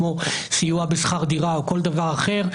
כמו סיוע בשכר דירה או כל דבר אחר,